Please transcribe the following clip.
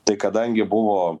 tai kadangi buvo